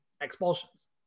expulsions